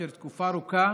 אשר תקופה ארוכה